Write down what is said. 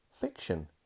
fiction